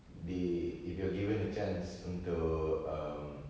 di~ if you are given a chance untuk um